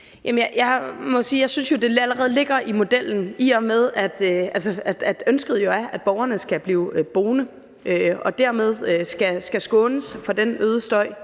jeg synes, at det allerede ligger i modellen, i og med at ønsket jo er, at borgerne skal blive boende. Dermed skal de skånes for den øgede støj,